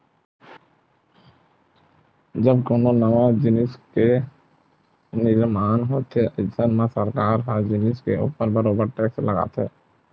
जब कोनो नवा जिनिस के निरमान होथे अइसन म सरकार ह ओ जिनिस के ऊपर बरोबर टेक्स लगाथे